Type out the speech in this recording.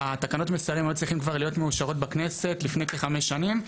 התקנות היו כבר צריכות להיות מאושרות בכנסת לפני כ-5 שנים.